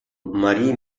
marie